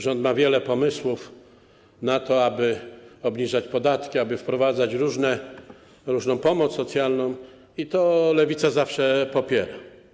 Rząd ma wiele pomysłów na to, aby obniżać podatki, aby wprowadzać różną pomoc socjalną, i to Lewica zawsze popiera.